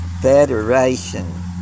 federation